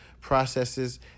processes